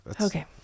Okay